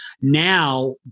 Now